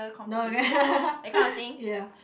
no yeah